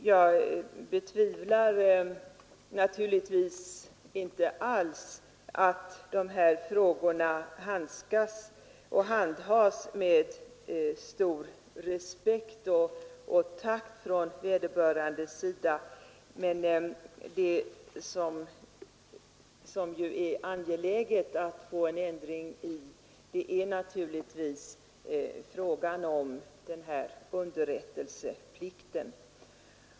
Jag betvivlar naturligtvis inte alls att de här frågorna handhas med stor respekt och takt från vederbörandes sida. Men vad som är angeläget är att få till stånd en ändring i fråga om underrättelseplikten.